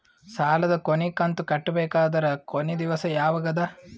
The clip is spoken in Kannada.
ಸಾಲದ ಕೊನಿ ಕಂತು ಕಟ್ಟಬೇಕಾದರ ಕೊನಿ ದಿವಸ ಯಾವಗದ?